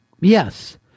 yes